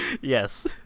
Yes